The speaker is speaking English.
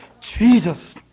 Jesus